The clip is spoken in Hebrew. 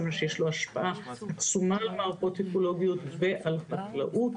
שיש לו השפעה עצומה על מערכות אקולוגיות ועל חקלאות.